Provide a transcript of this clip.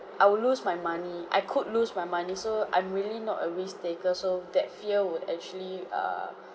I will lose my money I could lose my money so I'm really not a risk-taker so that fear would actually err